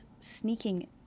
sneaking